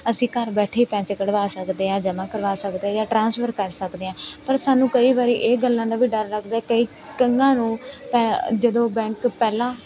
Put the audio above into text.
ਅਸੀਂ ਘਰ ਬੈਠੇ ਪੈਸੇ ਕਢਵਾ ਸਕਦੇ ਹਾਂ ਜਮ੍ਹਾਂ ਕਰਵਾ ਸਕਦੇ ਜਾਂ ਟਰਾਂਸਫਰ ਕਰ ਸਕਦੇ ਹਾਂ ਪਰ ਸਾਨੂੰ ਕਈ ਵਾਰੀ ਇਹ ਗੱਲਾਂ ਦਾ ਵੀ ਡਰ ਲੱਗਦਾ ਕਈ ਕਈਆਂ ਨੂੰ ਜਦੋਂ ਬੈਂਕ ਪਹਿਲਾਂ